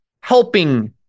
helping